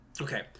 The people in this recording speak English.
Okay